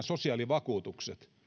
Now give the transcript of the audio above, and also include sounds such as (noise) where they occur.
(unintelligible) sosiaalivakuutukset